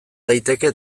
daiteke